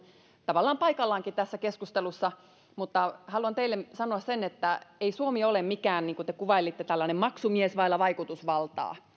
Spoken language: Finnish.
tavallaan paikallaankin tässä keskustelussa mutta haluan teille sanoa sen että ei suomi ole mikään niin kuin te kuvailitte tällainen maksumies vailla vaikutusvaltaa